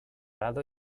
lado